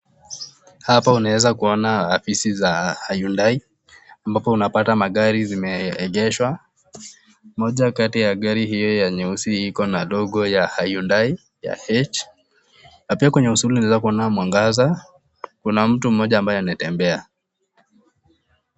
Hapa unaweza kuona ofisi za Hyundai ambapo unapata magari zimeegeshwa. Moja kati ya gari hiyo ya nyeusi iko na logo ya , Hyundai ya H . Na pia kwenye kusudi unaweza kuona mwangaza. Kuna mtu mmoja ambaye anatembea.